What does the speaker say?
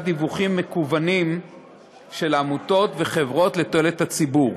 דיווחים מקוונים של עמותות וחברות לתועלת הציבור.